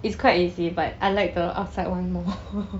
it's quite leceh but I like the outside [one] more